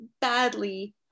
badly